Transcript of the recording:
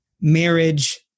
marriage